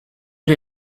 les